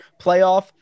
playoff